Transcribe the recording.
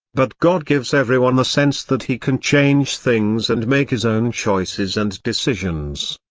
but god gives everyone the sense that he can change things and make his own choices and decisions.